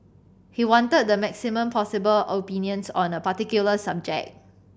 he wanted the maximum possible opinions on a particular subject